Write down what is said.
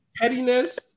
pettiness